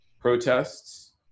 protests